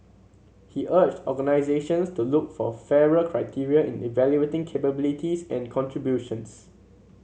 he urged organisations to look for fairer criteria in evaluating capabilities and contributions